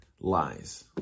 lies